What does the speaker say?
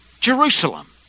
Jerusalem